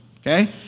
Okay